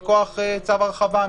מכוח צו הרחבה,